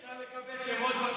אפשר לקבל שמות, בבקשה?